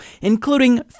including